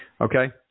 Okay